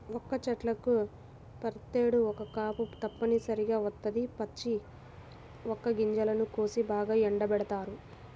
వక్క చెట్లకు ప్రతేడు ఒక్క కాపు తప్పనిసరిగా వత్తది, పచ్చి వక్క గింజలను కోసి బాగా ఎండబెడతారు